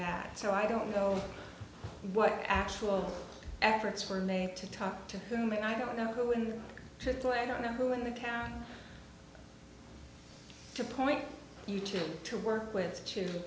that so i don't know what actual efforts were made to talk to me i don't know when to play i don't know who in the town to point you to to work with to